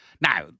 Now